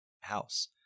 house